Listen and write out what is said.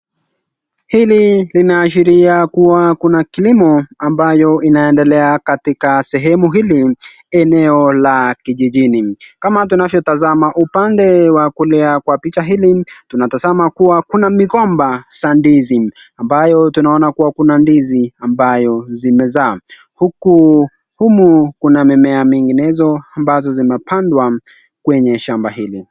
Hili linaashiria kuwa kuna kilimo ambayo inaendelea katika sehemu hili eneo la kijijini. Kama tunavyotazama upande wa kulia kwa picha hili, tunatazama kuwa kuna migomba za ndizi ambayo tunaona kuwa kuna ndizi ambayo zimezaa. Huku humu kuna mimea minginezo ambazo zimepandwa kwenye shamba hili.